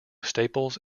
staples